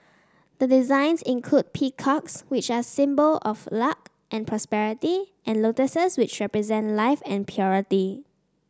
the designs include peacocks which are symbol of luck and prosperity and lotuses which represent life and purity